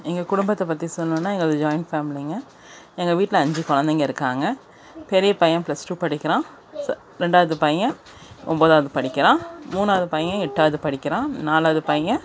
எங்கள் குடும்பத்தை பற்றி சொல்லணுனா எங்களது ஜாய்ன்ட் ஃபேமிலிங்க எங்கள் வீட்டில் அஞ்சு கொழந்தைங்க இருக்காங்க பெரிய பையன் ப்ளஸ் டூ படிக்கிறான் ச ரெண்டாவது பையன் ஒம்பதாவது படிக்கிறான் மூணாவது பையன் எட்டாவது படிக்கிறான் நாலாவது பையன்